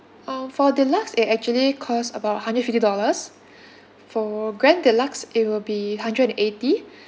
oh for deluxe it actually cost about hundred and fifty dollars for grand deluxe it will be hundred and eighty